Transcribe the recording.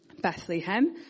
Bethlehem